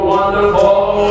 Wonderful